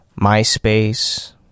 Myspace